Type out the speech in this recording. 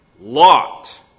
lot